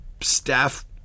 staff